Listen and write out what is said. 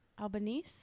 Albanese